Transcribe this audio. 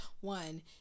one